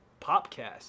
Popcast